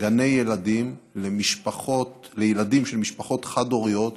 גני ילדים לילדים של משפחות חד-הוריות,